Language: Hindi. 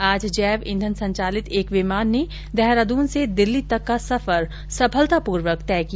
आज जैव ईंधन संचालित एक विमान ने देहरादून से दिल्ली तक का सफर सफलतापूर्वक तय किया